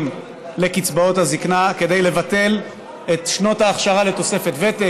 לקצבאות הזקנה כדי לבטל את שנות האכשרה לתוספת ותק.